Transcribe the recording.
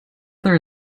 there